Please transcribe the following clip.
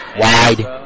Wide